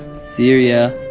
syria,